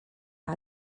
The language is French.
par